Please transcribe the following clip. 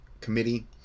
committee